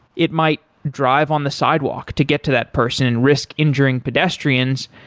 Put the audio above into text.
it might drive on the sidewalk to get to that person and risk injuring pedestrians,